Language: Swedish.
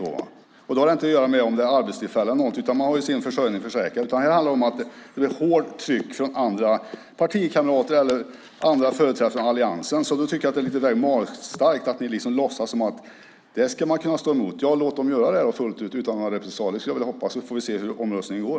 Då handlar det inte om arbetstillfällen - man har ju sin försörjning säkrad - utan om hårt tryck från partikamrater eller andra företrädare för Alliansen. Jag tycker att det är lite magstarkt att ni talar om att man ska kunna stå emot. Ja, låt dem göra det fullt ut utan repressalier, så får vi se hur omröstningen går.